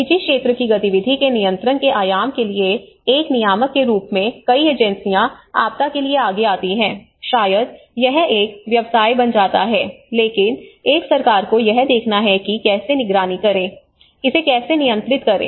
निजी क्षेत्र की गतिविधि के नियंत्रण के आयाम के लिए एक नियामक के रूप में कई एजेंसियां आपदा के लिए आगे आती हैं शायद यह एक व्यवसाय बन जाता है लेकिन एक सरकार को यह देखना है कि कैसे निगरानी करें इसे कैसे नियंत्रित करें